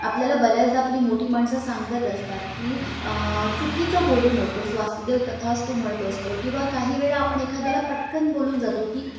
आपल्याला बऱ्याचदा आपली मोठी माणसं सांगत असतात की चुकीचं बोलू नको वास्तुदेव तथास्तु म्हणत असतो किंवा काही वेळा आपण एखाद्याला पटकन बोलून जातो की